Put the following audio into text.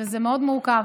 וזה מאוד מורכב.